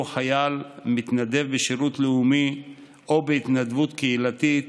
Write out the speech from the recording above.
חייל מתנדב בשירות לאומי או בהתנדבות קהילתית